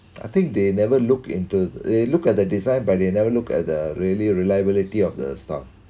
I think they never look into they look at the design but they never look at the really reliability of the stuff